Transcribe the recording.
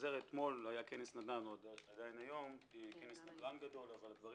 אתמול היה כנס נדל"ן גדול אבל הדברים